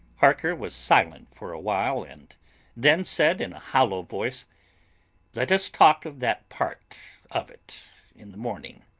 harker was silent for awhile and then said in a hollow voice let us talk of that part of it in the morning.